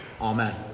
Amen